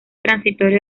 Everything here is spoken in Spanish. transitorio